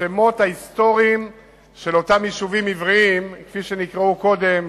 את השמות ההיסטוריים של אותם יישובים עבריים כפי שנקראו קודם,